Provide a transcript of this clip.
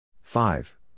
Five